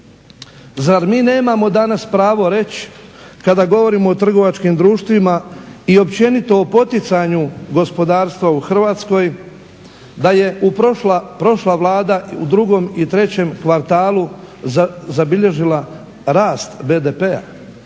Zar mi nemamo danas pravo reći kada govorimo o trgovačkim društvima i općenito o poticanju gospodarstva u Hrvatskoj da je prošla Vlada u drugom i trećem kvartalu zabilježila rast BDP-a,